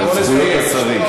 לא לשרים.